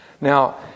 Now